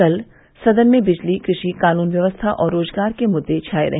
कल सदन में बिजली कृषि कानून व्यवस्था और रोजगार के मुददे छाये रहे